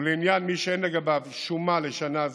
ולעניין מי שאין לגביו שומה לשנה זו,